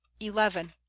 eleven